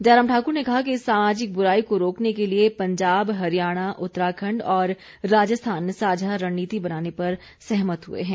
जयराम ठाकुर ने कहा कि इस सामाजिक बुराई को रोकने के लिए पंजाब हरियाणा उत्तराखंड और राजस्थान साझा रणनीति बनाने पर सहमत हुए हैं